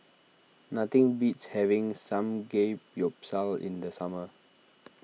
nothing beats having Samgeyopsal in the summer